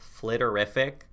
flitterific